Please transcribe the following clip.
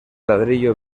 ladrillo